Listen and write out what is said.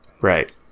Right